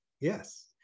Yes